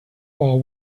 while